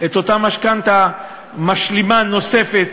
את אותה משכנתה משלימה נוספת,